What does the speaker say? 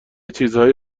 چیزهایی